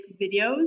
videos